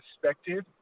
perspective